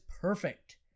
perfect